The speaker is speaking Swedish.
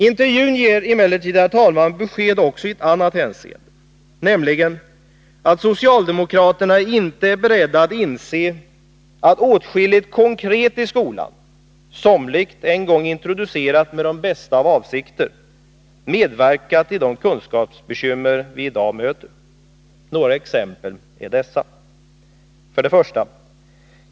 Intervjun ger emellertid, herr talman, besked också i ett annat hänseende, nämligen att socialdemokraterna inte är beredda att inse att åtskilligt konkret i skolan — somligt en gång introducerat med de bästa av avsikter — medverkat till de kunskapsbekymmer vi i dag möter. Några exempel är dessa: 1.